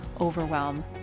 overwhelm